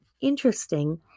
Interesting